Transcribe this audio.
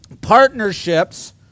partnerships